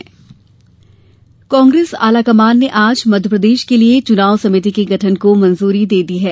कांग्रेस चुनाव समिति कांग्रेस आलाकमान ने आज मध्यप्रदेश के लिए चुनाव समिति के गठन को मंजूरी दे दी है